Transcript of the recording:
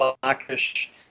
Blackish